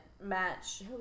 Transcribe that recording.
match